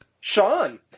Sean